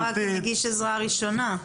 יש רק מגיש עזרה ראשונה.